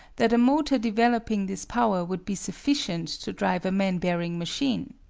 that a motor developing this power would be sufficient to drive a man-bearing machine.